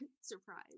surprise